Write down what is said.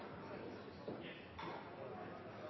Det er også